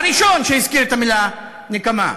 הראשון שהזכיר את המילה "נקמה".